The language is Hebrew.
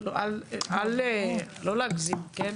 לא להגזים.